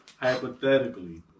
hypothetically